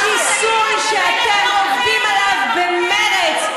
השיסוי שאתם עובדים עליו במרץ,